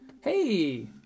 Hey